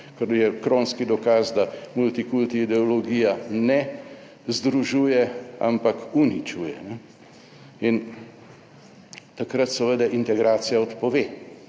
ker je kronski dokaz, da multikulti ideologija ne združuje, ampak uničuje in takrat seveda integracija odpove.